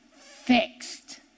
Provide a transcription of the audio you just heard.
fixed